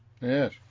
Yes